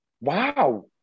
wow